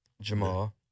Jamal